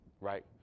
right